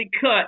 cut